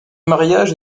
mariage